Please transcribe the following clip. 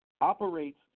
operates